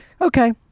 Okay